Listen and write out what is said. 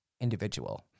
individual